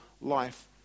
life